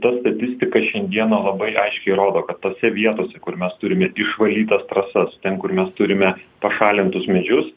ta statistika šiandieną labai aiškiai rodo kad tose vietose kur mes turime išvalytas trasas ten kur mes turime pašalintus medžius